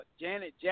Janet